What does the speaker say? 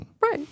Right